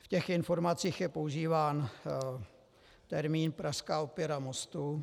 V těch informacích je používán termín prasklá opěra mostu.